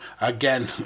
Again